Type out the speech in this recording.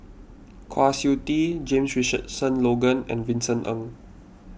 Kwa Siew Tee James Richardson Logan and Vincent Ng